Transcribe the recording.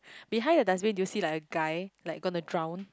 behind the dustbin do you see like a guy like gonna drown